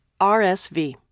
rsv